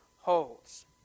holds